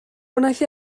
wnaeth